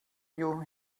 you